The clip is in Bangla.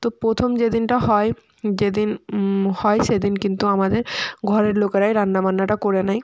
তো প্রথম যেদিনটা হয় যেদিন হয় সেদিন কিন্তু আমাদের ঘরের লোকেরাই রান্না বান্নাটা করে নেয়